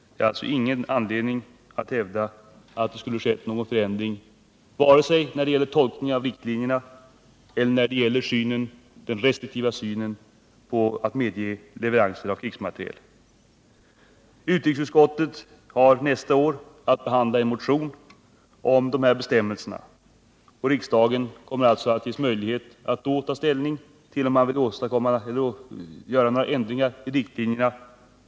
Det finns alltså ingen anledning att hävda att det skulle ha skett någon förändring vare sig när det gäller tolkningen av riktlinjerna eller när det gäller den restriktiva synen på medgivande av leveranser av krigsmateriel. Utrikesutskottet har nästa år att behandla en motion om dessa bestämmelser. Riksdagen kommer alltså att ges möjlighet att då ta ställning till om den vill göra några ändringar i riktlinjerna.